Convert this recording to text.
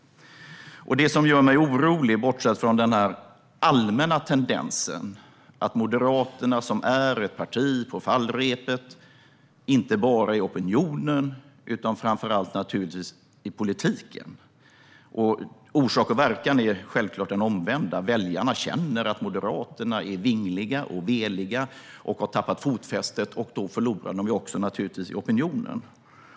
Det finns något som gör mig orolig, bortsett från den allmänna tendensen att Moderaterna är ett parti på fallrepet inte bara i opinionen utan naturligtvis framför allt i politiken. Orsak och verkan är självklart den omvända - väljarna känner att Moderaterna är vingliga och veliga och har tappat fotfästet. Då förlorar man naturligtvis också opinionen.